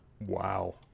Wow